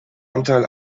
anteil